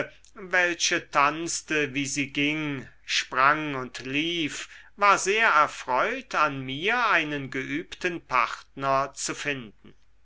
welche tanzte wie sie ging sprang und lief war sehr erfreut an mir einen geübten partner zu finden